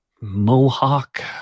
Mohawk